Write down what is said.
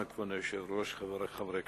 כבוד היושב-ראש, תודה, חברי חברי הכנסת,